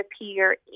appear